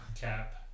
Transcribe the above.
Cap